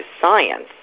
science